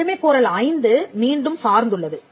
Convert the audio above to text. உரிமைக் கோரல் 5 மீண்டும் சார்ந்துள்ளது